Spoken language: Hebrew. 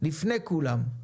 לפני כולם,